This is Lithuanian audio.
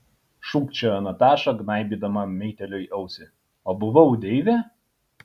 šūkčiojo nataša gnaibydama meitėliui ausį o buvau deivė